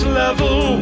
level